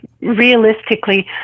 realistically